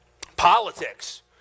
Politics